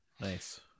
Nice